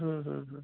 হুম হুম হুম